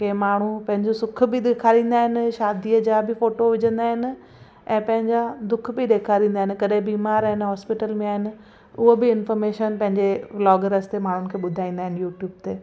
कंहिं माण्हू पंहिंजा सुख बि ॾेखारींदा आहिनि शादीअ जा बि फोटो विझंदा आहिनि ऐं पंहिंजा दुख बि ॾेखारींदा आहिनि कॾहिं बीमार आहिनि हॉस्पिटल में आहिनि उहा बि इंफॉर्मेशन पंहिंजे व्लॉग रस्ते माण्हुनि खे ॿुधाईंदा आहिनि यूट्यूब ते